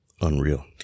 Unreal